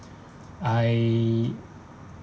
I